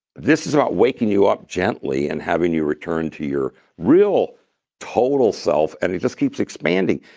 this is about waking you up gently and having you return to your real total self, and it just keeps expanding.